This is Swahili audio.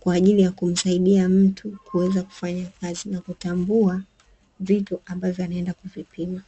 kwa ajili ya kumsaidia mtu kuweza kufanya kazi na kutambua vitu ambavyo anaenda kuvipima.